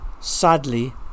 sadly